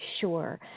Sure